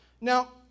Now